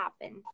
happen